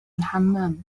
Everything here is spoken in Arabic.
الحمام